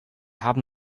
haben